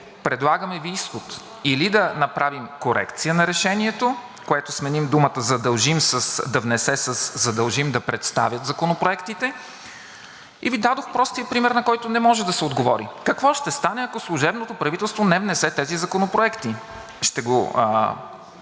предлагаме Ви изход – или да направим корекция на решението, в което да сменим думата „задължим да внесе“ със „задължим да представят законопроектите“, и Ви дадох простия пример, на който не може да се отговори – какво ще стане, ако служебното правителство не внесе тези законопроекти. Ще го